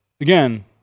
again